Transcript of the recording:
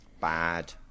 Bad